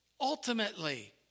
ultimately